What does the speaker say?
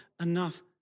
enough